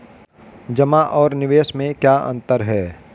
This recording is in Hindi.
जमा और निवेश में क्या अंतर है?